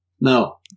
No